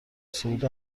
صعود